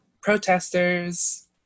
protesters